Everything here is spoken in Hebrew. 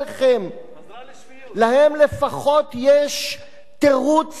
לקואליציה לפחות יש תירוץ קואליציוני,